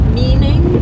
meaning